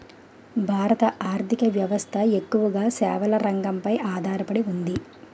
భారత ఆర్ధిక వ్యవస్థ ఎక్కువగా సేవల రంగంపై ఆధార పడి ఉంది